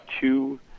two